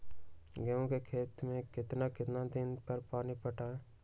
गेंहू के खेत मे कितना कितना दिन पर पानी पटाये?